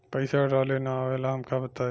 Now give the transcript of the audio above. पईसा डाले ना आवेला हमका बताई?